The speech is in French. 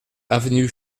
avenue